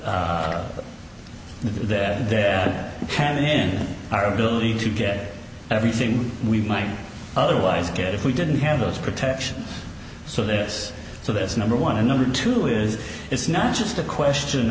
e that that can in our ability to get everything we might otherwise get if we didn't have those protections so this so that's number one and number two is it's not just a question